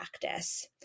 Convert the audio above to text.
practice